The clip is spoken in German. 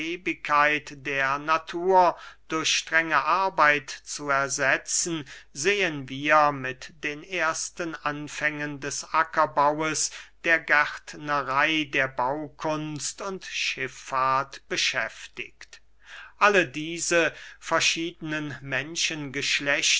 der natur durch strenge arbeit zu ersetzen sehen wir mit den ersten anfängen des ackerbaues der gärtnerey der baukunst und schiffahrt beschäftigt alle diese verschiedene